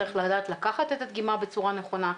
צריך לדעת לקחת את הדגימה בצורה נכונה.